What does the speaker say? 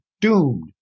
doomed